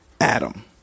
Adam